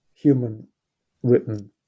human-written